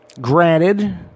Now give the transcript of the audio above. Granted